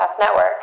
Network